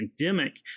pandemic